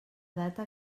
data